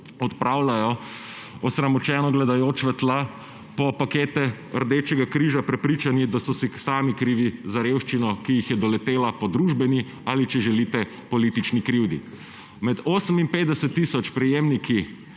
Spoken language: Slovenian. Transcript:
odpravljajo, osramočeno gledajoč v tla, po pakete Rdečega križa, prepričani, da so si sami krivi za revščino, ki jih je doletela po družbeni ali, če želite, politični krivdi. Med 58 tisoč prejemniki,